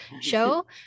show